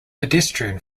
pedestrian